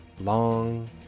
Long